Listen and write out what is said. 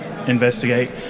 Investigate